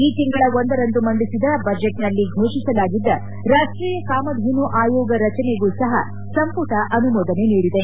ಈ ತಿಂಗಳ ಒಂದರಂದು ಮಂಡಿಸಿದ ಬಜೆಟ್ನಲ್ಲಿ ಫೋಷಿಸಲಾಗಿದ್ದ ರಾಷ್ಟೀಯ ಕಾಮಧೇನು ಆಯೋಗ ರಚನೆಗೂ ಸಹ ಸಂಪುಟ ಅನುಮೋದನೆ ನೀಡಿದೆ